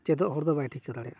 ᱪᱮᱫᱚᱜ ᱦᱚᱲ ᱫᱚ ᱵᱟᱭ ᱴᱷᱤᱠᱟᱹ ᱫᱟᱲᱮᱭᱟᱜᱼᱟ